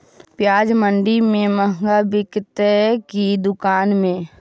प्याज मंडि में मँहगा बिकते कि दुकान में?